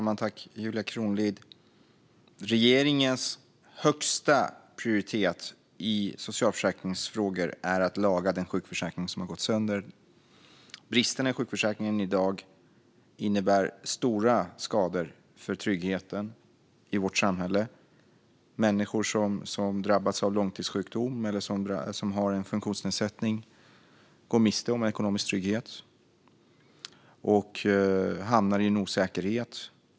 Fru talman och Julia Kronlid! Regeringens högsta prioritet i socialförsäkringsfrågor är att laga den sjukförsäkring som har gått sönder. Bristerna i sjukförsäkringen i dag innebär stora skador för tryggheten i vårt samhälle. Människor som drabbas av långtidssjukdom eller som har en funktionsnedsättning går miste om ekonomisk trygghet och hamnar i en osäkerhet.